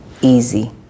easy